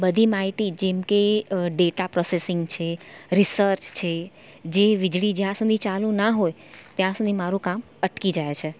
બધી માહિતી જેમકે ડેટા પ્રોસેસિંગ છે રિસર્ચ છે જે વીજળી જ્યાં સુધી ચાલુ ના હોય ત્યાં સુધી મારું કામ અટકી જાય છે